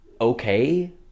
okay